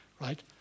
right